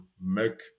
make